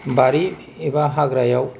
बारि एबा हाग्रायाव